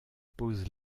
pose